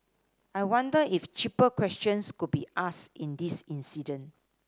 I wonder if cheaper questions could be ask in this incident